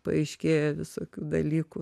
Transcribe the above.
paaiškėja visokių dalykų